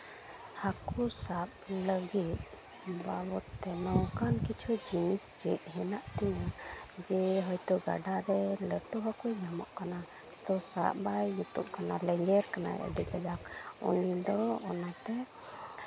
ᱦᱟᱹᱠᱩ ᱥᱟᱵ ᱞᱟᱹᱜᱤᱫ ᱵᱟᱵᱚᱫ ᱛᱮ ᱱᱚᱝᱠᱟᱱ ᱠᱤᱪᱷᱩ ᱡᱤᱱᱤᱥ ᱪᱮᱫ ᱦᱮᱱᱟᱜ ᱛᱤᱧᱟ ᱡᱮ ᱦᱚᱭᱛᱳ ᱜᱟᱰᱟᱨᱮ ᱞᱟᱹᱴᱩ ᱦᱟᱹᱠᱩᱭ ᱧᱟᱢᱚᱜ ᱠᱟᱱᱟ ᱛᱳ ᱥᱟᱵ ᱵᱟᱲᱟᱭ ᱡᱩᱛᱩᱜ ᱠᱟᱱᱟ ᱞᱮᱧᱡᱮᱨ ᱠᱟᱱᱟᱭ ᱟᱹᱰᱤ ᱠᱟᱡᱟᱠ ᱩᱱᱤᱫᱚ ᱚᱱᱟᱛᱮ